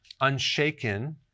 unshaken